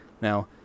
Now